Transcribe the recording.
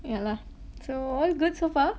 yeah lah so all good so far